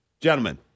Gentlemen